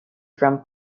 from